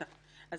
אני